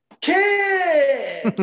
Kid